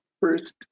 first